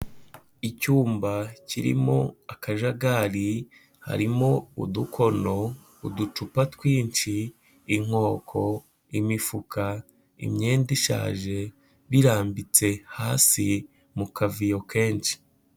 Icyumba kirimo akajagari harimo udukono, uducupa twinshi, inkoko, imifuka, imyenda ishaje, birambitse hasi mu kavuyo kenshi.